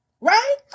right